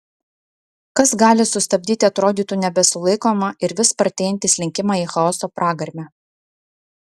kas gali sustabdyti atrodytų nebesulaikomą ir vis spartėjantį slinkimą į chaoso pragarmę